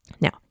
Now